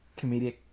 comedic